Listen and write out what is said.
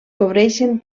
cobreixen